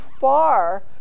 far